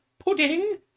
pudding